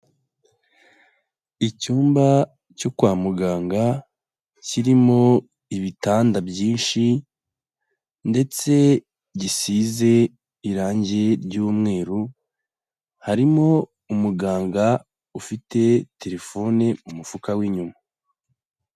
Icyumba cyo kwa muganga, kirimo ibitanda byinshi ndetse gisize irangi ry'umweru, harimo umuganga ufite telefoni mu mufuka w'inyuma.